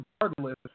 regardless